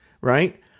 right